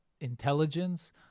intelligence